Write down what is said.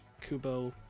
Kubo